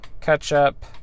ketchup